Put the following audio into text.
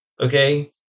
okay